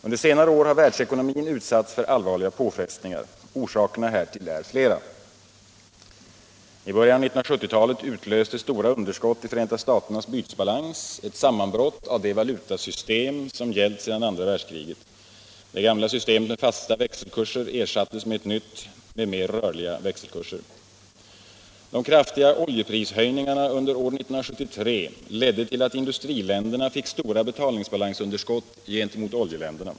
Under senare år har världsekonomin utsatts för allvarliga påfrestningar. Orsakerna härtill är flera. I början av 1970-talet utlöste stora underskott i Förenta staternas bytesbalans ett sammanbrott av det valutasystem som gällt sedan andra världskriget. Det gamla systemet med fasta växelkurser ersattes av ett nytt med mer rörliga växelkurser. De kraftiga oljeprishöjningarna under år 1973 ledde till att industriländerna fick stora betalningsbalansunderskott gentemot oljeländerna.